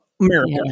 America